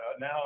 Now